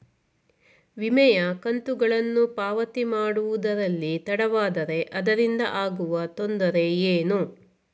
ವಿಮೆಯ ಕಂತುಗಳನ್ನು ಪಾವತಿ ಮಾಡುವುದರಲ್ಲಿ ತಡವಾದರೆ ಅದರಿಂದ ಆಗುವ ತೊಂದರೆ ಏನು?